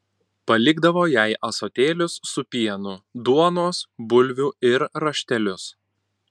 palikdavo jai ąsotėlius su pienu duonos bulvių ir raštelius